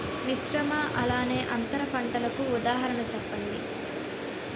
మిశ్రమ అలానే అంతర పంటలకు ఉదాహరణ చెప్పండి?